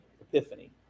epiphany